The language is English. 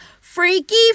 Freaky